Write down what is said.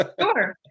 Sure